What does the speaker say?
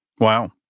Wow